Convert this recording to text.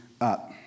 up